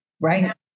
Right